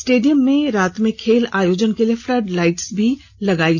stadium में रात में खेल आयोजन के लिए फ्लड लाइट्स भी लगाई जाएंगी